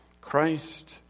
Christ